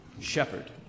shepherd